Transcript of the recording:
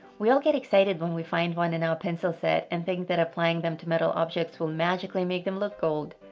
we all get excited when we find one in our pencil set, and think that applying them to metal objects will magically make them look gold,